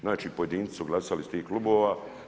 Znači pojedinci su glasali iz tih klubova.